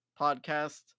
podcast